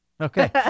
Okay